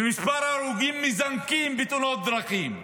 ומספר ההרוגים בתאונות דרכים מזנק.